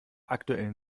aktuellen